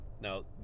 Now